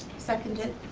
second it.